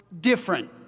different